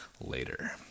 later